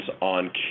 on